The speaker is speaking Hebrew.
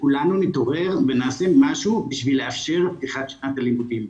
שכולנו נתעורר ונעשה משהו כדי להשאיר את פתיחת שנת הלימודים.